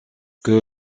que